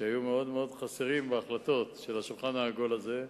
שהיו מאוד מאוד חסרים בהחלטות של השולחן העגול הזה,